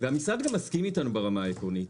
והמשרד גם מסכים איתנו ברמה העקרונית,